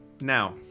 now